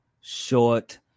short